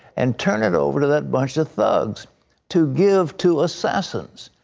and turn it over to that bunch of thugs to give to assassins.